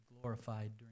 glorified